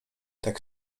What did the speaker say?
tak